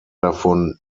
davon